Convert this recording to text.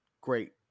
great